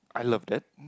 I love that